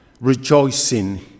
rejoicing